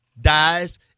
dies